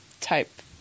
type